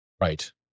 Right